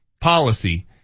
policy